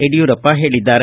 ಯಡಿಯೂರಪ್ಪ ಹೇಳಿದ್ದಾರೆ